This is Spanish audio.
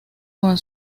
con